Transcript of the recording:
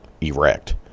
erect